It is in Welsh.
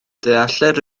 deallir